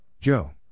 Joe